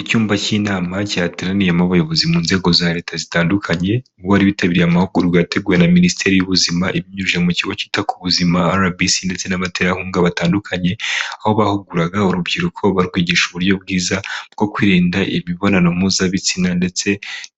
Icyumba cy'inama cyateraniyemo abayobozi mu nzego za Leta zitandukanye, ubwo bari bitabiriye amahugurwa yateguwe na Minisiteri y'Ubuzima ibinyujije mu kigo cyita ku buzima RBC ndetse n'abaterankunga batandukanye, aho bahuguraga urubyiruko barwigisha uburyo bwiza bwo kwirinda imibonano mpuzabitsina ndetse